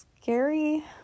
scary